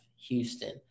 Houston